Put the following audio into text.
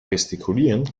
gestikulieren